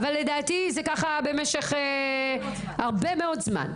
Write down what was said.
אבל לדעתי זה במשך הרבה מאוד זמן.